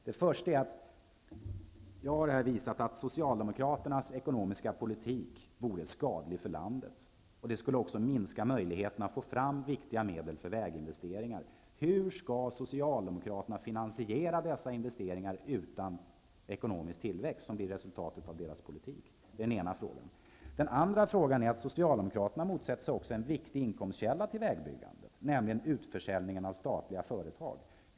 Jag har visat att Socialdemokraternas ekonomiska politik vore skadlig för landet. Den skulle också minska möjligheterna att få fram viktiga medel för väginvesteringar. Hur skall Socialdemokraterna finansiera dessa investeringar utan ekonomisk tillväxt, som blir resultatet av deras politik? Socialdemokraterna motsätter sig också en viktig inkomstkälla till vägbyggandet, nämligen utförsäljningen av statliga företag.